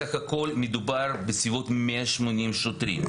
בסך הכול מדובר בסביבות 180 שוטרים.